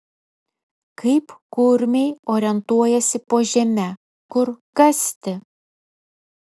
kaip kurmiai orientuojasi po žeme kur kasti